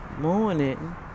morning